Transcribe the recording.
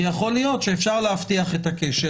יכול להיות שאפשר להבטיח את הקשר,